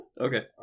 Okay